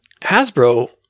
Hasbro